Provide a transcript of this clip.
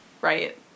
Right